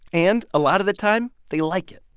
and a lot of the time, they like it.